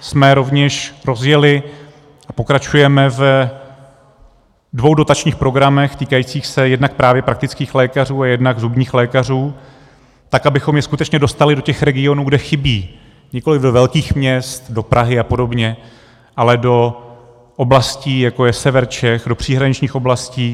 jsme rovněž rozjeli a pokračujeme ve dvou dotačních programech týkajících se jednak právě praktických lékařů a jednak zubních lékařů, tak abychom je skutečně dostali do těch regionů, kde chybí, nikoliv do velkých měst, do Prahy apod., ale do oblastí, jako je sever Čech, do příhraničních oblastí.